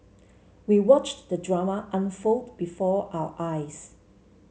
we watched the drama unfold before our eyes